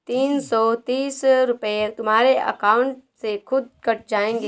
तीन सौ तीस रूपए तुम्हारे अकाउंट से खुद कट जाएंगे